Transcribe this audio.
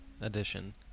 edition